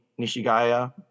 Nishigaya